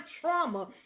trauma